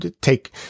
take